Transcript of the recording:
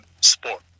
sport